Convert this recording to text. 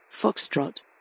Foxtrot